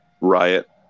Riot